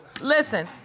Listen